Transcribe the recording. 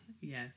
Yes